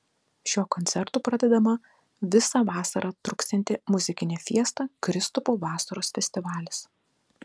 šiuo koncertu pradedama visą vasarą truksianti muzikinė fiesta kristupo vasaros festivalis